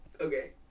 Okay